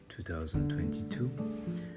2022